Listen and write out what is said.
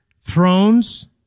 thrones